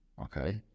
Okay